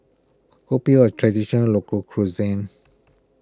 Kopi O a Traditional Local Cuisine